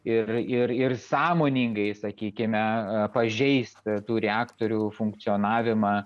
ir ir irsąmoningai sakykime pažeis tų reaktorių funkcionavimą